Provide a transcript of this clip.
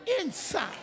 inside